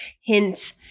Hint